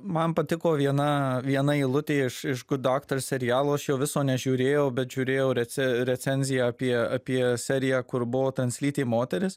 man patiko viena viena eilutė iš iš good doctor serialo aš viso nežiūrėjau bet žiūrėjau rece recenziją apie apie seriją kur buvo translytė moteris